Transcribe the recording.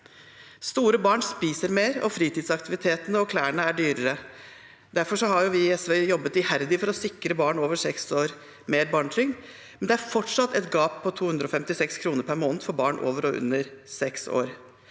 Store barn spiser mer, og fritidsaktivitetene og klærne er dyrere. Derfor har vi i SV jobbet iherdig for å sikre barn over seks år mer barnetrygd, men det er fortsatt et gap på 256 kr per måned mellom barn over og under seks år.